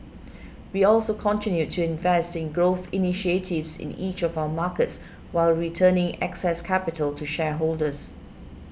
we also continued to invest in growth initiatives in each of our markets while returning excess capital to shareholders